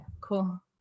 cool